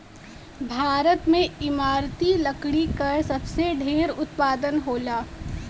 भारत में इमारती लकड़ी क सबसे ढेर उत्पादन होला